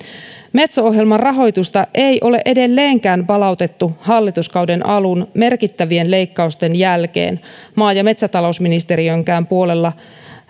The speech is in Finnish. metso ohjelman rahoitusta ei ole edelleenkään palautettu hallituskauden alun merkittävien leikkausten jälkeen maa ja metsätalousministeriönkään puolella